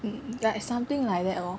ya it's something like that lor